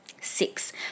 Six